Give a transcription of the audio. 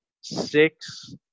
six